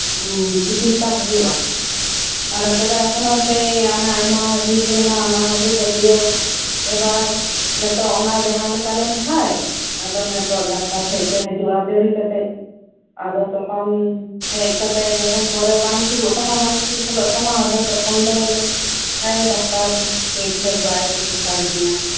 ᱦᱮᱸ ᱪᱤᱠᱤᱥᱥᱟ ᱦᱩᱭᱩᱜᱼᱟ ᱟᱨ ᱟᱯᱮ ᱫᱚ ᱟᱥᱚᱞᱮ ᱥᱮᱭ ᱦᱟᱱᱮ ᱟᱭᱢᱟ ᱡᱩᱜᱽ ᱨᱮᱱᱟᱜ ᱚᱱᱟᱜᱮ ᱯᱟᱹᱛᱭᱟᱹᱣ ᱮᱵᱟᱨ ᱱᱤᱛᱚᱜ ᱚᱱᱟ ᱡᱟᱦᱟᱸ ᱞᱮᱠᱟ ᱞᱮᱱ ᱠᱷᱟᱡ ᱟᱫᱚ ᱱᱤᱛᱚᱜ ᱰᱟᱠᱛᱟᱨ ᱴᱷᱮᱡ ᱯᱮ ᱦᱤᱡᱩᱜᱼᱟ ᱫᱮᱨᱤ ᱠᱟᱛᱮᱜ ᱟᱫᱚ ᱛᱚᱠᱷᱚᱱ ᱦᱮᱡ ᱠᱟᱛᱮᱜ ᱡᱚᱠᱷᱚᱱ ᱯᱚᱨᱮ ᱵᱟᱝ ᱴᱷᱤᱠᱚᱜ ᱛᱟᱢᱟ ᱵᱟᱝ ᱴᱷᱤᱠ ᱦᱩᱭᱩᱜ ᱛᱟᱢᱟ ᱛᱚᱠᱷᱚᱱ ᱫᱚ ᱞᱟᱹᱭᱟ ᱮᱭ ᱰᱟᱠᱛᱟᱨ ᱴᱷᱤᱠ ᱴᱷᱟᱠ ᱵᱟᱭ ᱪᱤᱠᱤᱥᱥᱟ ᱞᱤᱫᱤᱧᱟ